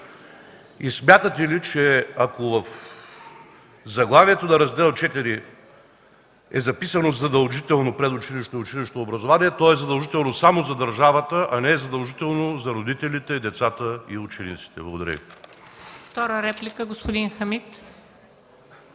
Смятате ли, че ако в заглавието на Раздел ІV е записано „задължително предучилищно и училищно образование”, то е задължително само за държавата, а не е задължително за родителите, децата и учениците? Благодаря